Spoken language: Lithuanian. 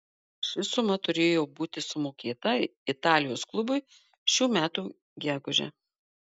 ši suma turėjo būti sumokėta italijos klubui šių metų gegužę